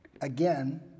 again